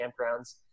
campgrounds